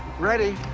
ready.